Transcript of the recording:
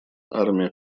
армия